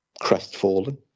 crestfallen